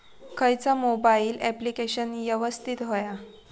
खयचा mobile application यवस्तित होया?